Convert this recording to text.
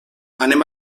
anem